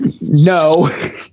No